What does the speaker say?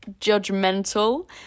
judgmental